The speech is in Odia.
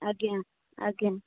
ଆଜ୍ଞା ଆଜ୍ଞା